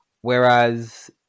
Whereas